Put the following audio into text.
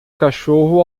cachorro